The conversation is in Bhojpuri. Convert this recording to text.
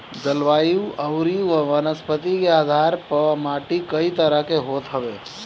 जलवायु अउरी वनस्पति के आधार पअ माटी कई तरह के होत हवे